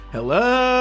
Hello